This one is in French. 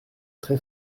très